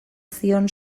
zion